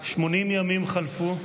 80 ימים חלפו,